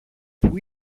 που